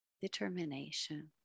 determination